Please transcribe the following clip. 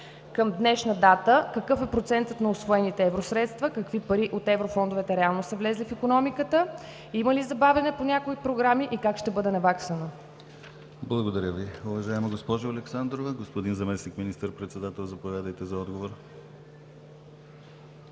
към днешна дата: какъв е процентът на усвоените евросредства, какви пари от еврофондовете реално са влезли в икономиката, има ли забавяне по някои програми и как ще бъде наваксано? ПРЕДСЕДАТЕЛ ДИМИТЪР ГЛАВЧЕВ: Благодаря Ви, уважаема госпожо Александрова. Господин Заместник министър-председател, заповядайте за отговор.